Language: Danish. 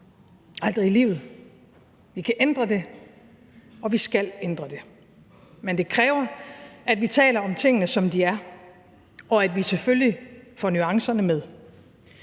Aldrig i livet. Vi kan ændre det, og vi skal ændre det. Men det kræver, at vi taler om tingene, som de er, og at vi selvfølgelig får nuancerne med.